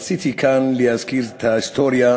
רציתי להזכיר כאן, בקצרה, את ההיסטוריה